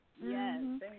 Yes